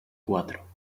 cuatro